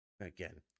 Again